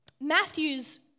Matthew's